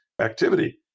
activity